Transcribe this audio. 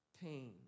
pain